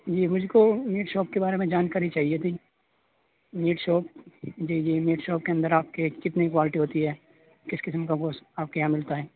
جی میرے کو meat shop کے بارے میں جانکاری چاہیے تھی میٹ شاپ جی جی میٹ شاپ کے اندر آپ کے کتنی کوالٹی ہوتی ہے کس قسم کا گوشت آپ کے یہاں ملتا ہے